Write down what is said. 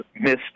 missed